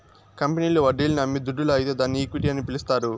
కంపెనీల్లు వడ్డీలను అమ్మి దుడ్డు లాగితే దాన్ని ఈక్విటీ అని పిలస్తారు